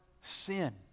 sin